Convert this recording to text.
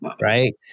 right